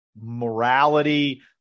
morality